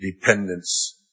dependence